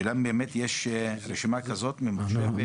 השאלה אם באמת יש רשימה כזאת ממוחשבת.